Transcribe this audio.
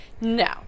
no